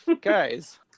guys